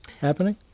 happening